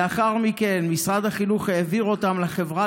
לאחר מכן משרד החינוך העביר אותם לחברה